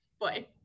boy